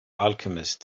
alchemist